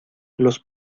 los